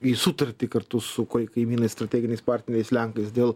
į sutartį kartu su kaimynais strateginiais partneriais lenkais dėl